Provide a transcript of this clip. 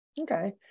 Okay